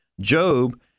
Job